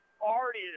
already